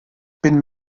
bin